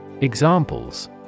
Examples